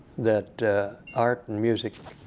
that art and music